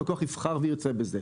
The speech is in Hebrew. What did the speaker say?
הלקוח יבחר וירצה בזה.